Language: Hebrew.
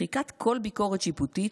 מחיקת כל ביקורת שיפוטית,